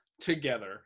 together